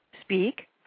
speak